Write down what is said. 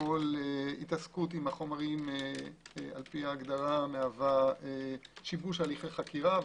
כל התעסקות עם החומרים לפי ההגדרה מהווה שיבוש הליכי חקירה.